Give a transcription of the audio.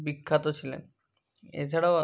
বিখ্যাত ছিলেন এছাড়াও